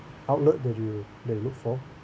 outlook that you that you look for